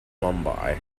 mumbai